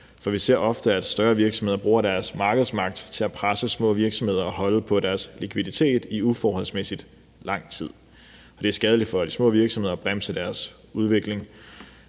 For vi ser ofte, at større virksomheder bruger deres markedsmagt til at presse små virksomheder og holde på deres likviditet i uforholdsmæssigt lang tid. Det er skadeligt for de små virksomheder og bremser deres udvikling.